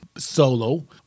solo